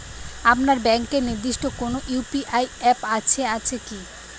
আপনার ব্যাংকের নির্দিষ্ট কোনো ইউ.পি.আই অ্যাপ আছে আছে কি?